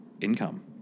income